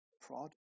Prod